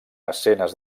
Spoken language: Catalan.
escenes